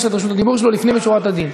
את רשות הדיבור שלו לפנים משורת הדין?